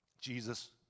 Jesus